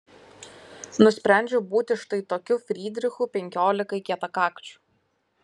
nusprendžiau būti štai tokiu frydrichu penkiolikai kietakakčių